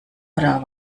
oder